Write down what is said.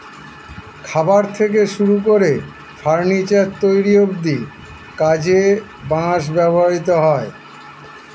খাবার থেকে শুরু করে ফার্নিচার তৈরি অব্ধি কাজে বাঁশ ব্যবহৃত হয়